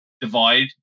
divide